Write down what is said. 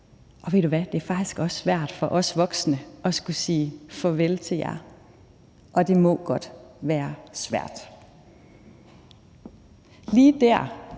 vi kender. Det er faktisk også svært for os voksne at skulle sige farvel til jer, og det må godt være svært. Lige der